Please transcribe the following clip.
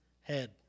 head